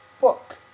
book